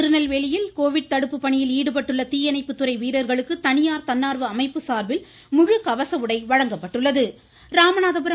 திருநெல்வேலியில் கோவிட் தடுப்பு பணியில் ஈடுபட்டுள்ள தீயணைப்பு துறை வீரர்களுக்கு தனியார் தன்னார்வ அமைப்பு சார்பில் முழு கவச உடை வழங்கப்பட்டது